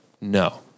No